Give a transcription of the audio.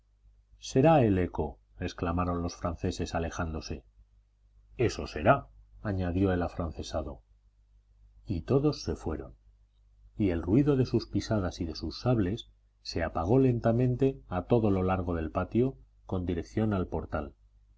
será el eco exclamaron los franceses alejándose eso será añadió el afrancesado y todos se fueron y el ruido de sus pisadas y de sus sables se apagó lentamente a todo lo largo del patio con dirección al portal